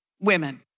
Women